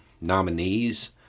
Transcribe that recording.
nominees